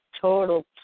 total